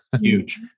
Huge